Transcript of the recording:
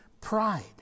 pride